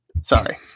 Sorry